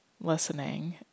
listening